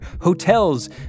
hotels